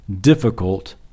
difficult